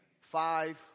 five